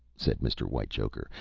said mr. whitechoker.